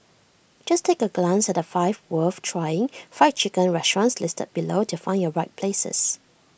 just take A glance at the five worth trying Fried Chicken restaurants listed below to find your right places